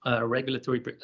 regulatory